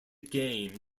game